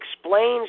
explains